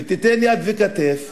ותיתן יד וכתף